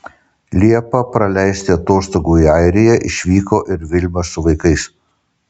liepą praleisti atostogų į airiją išvyko ir vilma su vaikais